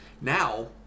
Now